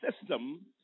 system